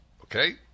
okay